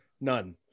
None